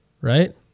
right